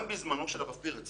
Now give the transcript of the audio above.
גם בזמנו של הרב פרץ